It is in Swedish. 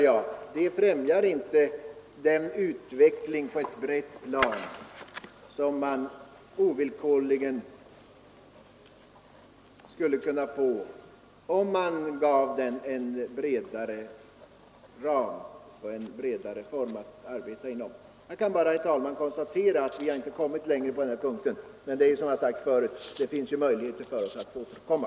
Och det främjar inte utvecklingen och ger inte möjlighet till de breda lösningar som vi skulle kunna få om behandlingen skedde inom en utredning. Jag konstaterar, herr talman, att vi inte kan komma längre med dessa frågor i dag, men det finns ju möjligheter för oss att återkomma.